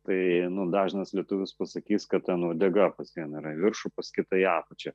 tai dažnas lietuvis pasakys kada ten uodega pas vieną yra į viršų pas kitą į apačią